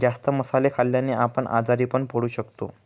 जास्त मसाले खाल्ल्याने आपण आजारी पण पडू शकतो